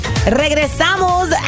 Regresamos